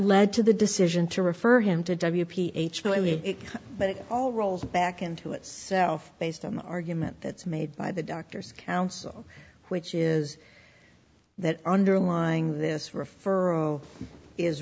led to the decision to refer him to w p h but it all rolls back into it based on the argument that's made by the doctors council which is that underlying this referral is